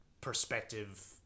perspective